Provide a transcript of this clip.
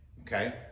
okay